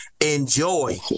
enjoy